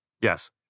Yes